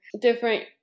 different